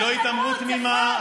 היא לא התעמרות תמימה.